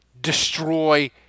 destroy